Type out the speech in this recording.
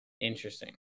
Interesting